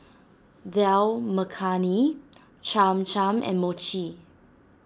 Dal Makhani Cham Cham and Mochi